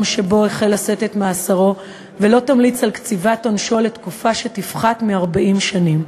שבו החל לשאת את מאסרו ולא תמליץ על קציבת עונשו לתקופה שתפחת מ-40 שנים.